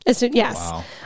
Yes